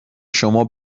شما